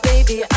Baby